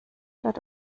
dort